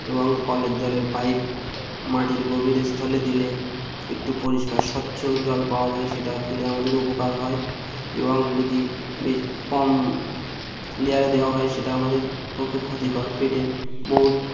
এবং কলের জলের পাইপ মাটির গভীর স্থলে দিলে একটু পরিষ্কার স্বচ্ছ জল পাওয়া যায় সেটা খেলে আমাদের উপকার হয় এবং যদি কম লেয়ারে দেওয়া হয় সেটা আমাদের পক্ষে ক্ষতিকর পেটের বহুত